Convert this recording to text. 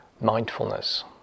mindfulness